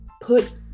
put